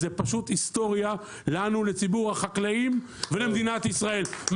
זאת פשוט היסטוריה לנו לציבור החקלאים ולמדינת ישראל.